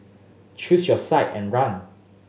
choose your side and run